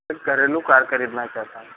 घरेलू कार खरीदना चाहता हूँ